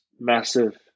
massive